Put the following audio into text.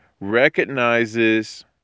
recognizes